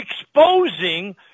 exposing